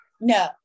no